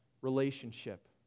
relationship